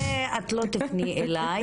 זה את לא תפני אלי,